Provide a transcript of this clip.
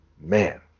man